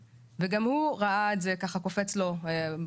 וגם הוא ראה את זה ככה קופץ לו בהודעות.